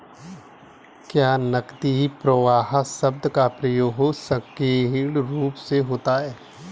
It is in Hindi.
क्या नकदी प्रवाह शब्द का प्रयोग संकीर्ण रूप से होता है?